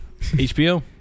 HBO